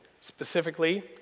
specifically